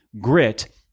grit